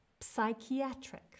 psychiatric